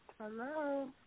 Hello